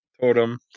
totem